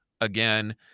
again